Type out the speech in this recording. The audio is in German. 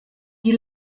die